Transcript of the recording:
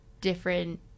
different